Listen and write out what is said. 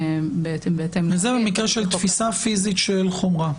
זה במקרה של תפיסה פיזית של חומרה.